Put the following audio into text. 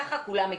ככה כולם מגיעים.